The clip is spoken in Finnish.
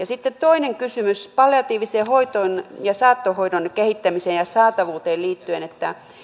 sitten toinen kysymys palliatiiviseen hoitoon ja saattohoidon kehittämiseen ja saatavuuteen liittyen